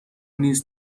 نیز